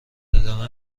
ادامه